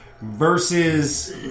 versus